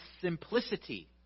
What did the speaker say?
simplicity